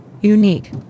unique